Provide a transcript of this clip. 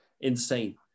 Insane